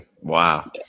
Wow